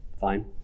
fine